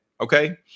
okay